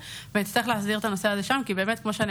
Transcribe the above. לך תתלונן, היא ירקה עליו, אתה לא